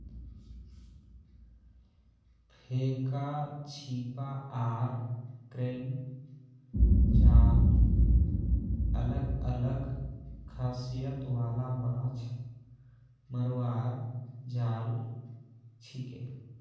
फेका छीपा आर क्रेन जाल अलग अलग खासियत वाला माछ मरवार जाल छिके